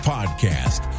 Podcast